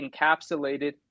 encapsulated